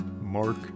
mark